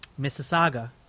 Mississauga